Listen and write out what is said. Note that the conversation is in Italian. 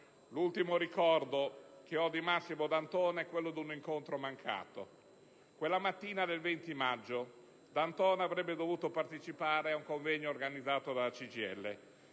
L'ultimo ricordo che ho di Massimo D'Antona è quello di un incontro mancato. Quella mattina del 20 maggio D'Antona avrebbe dovuto partecipare ad un convegno organizzato dalla CGIL,